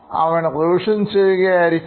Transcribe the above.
അവൻ റിവിഷൻ ചെയ്യുകയായിരിക്കും